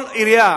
על עירייה,